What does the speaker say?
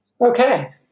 Okay